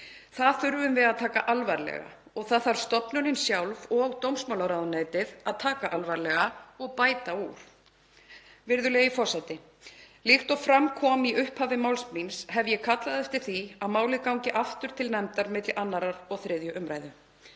Það þurfum við að taka alvarlega og það þarf stofnunin sjálf og dómsmálaráðuneytið að taka alvarlega og bæta úr. Virðulegi forseti. Líkt og fram kom í upphafi máls míns hef ég kallað eftir því að málið gangi aftur til nefndar milli 2. og 3. umr.